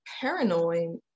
paranoid